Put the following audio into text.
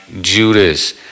Judas